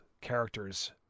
characters